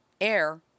air